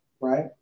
right